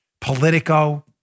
Politico